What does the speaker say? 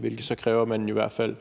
hvilket kræver, at man jo så i hvert fald